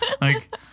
Like-